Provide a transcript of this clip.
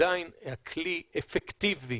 עדיין כלי אפקטיבי